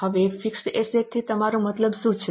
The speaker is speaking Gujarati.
હવે ફિક્સ્ડ એસેટ્સ થી તમારો મતલબ શું છે